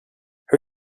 her